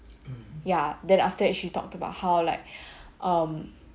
ya that after she talked about how like um